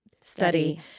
study